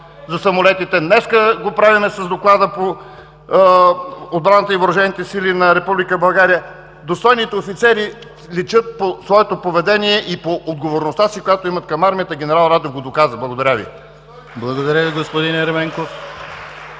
за самолетите, днеска го правим с Доклада по отбраната и Въоръжените сили на Република България. Достойните офицери личат по своето поведение и по отговорността си, която имат към армията. Генерал Радев го доказа. Благодаря Ви. (Ръкопляскания от